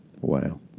Wow